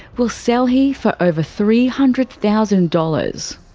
will sell here for over three hundred thousand dollars.